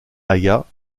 alia